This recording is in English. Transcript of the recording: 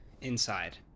inside